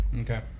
Okay